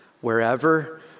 wherever